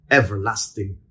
everlasting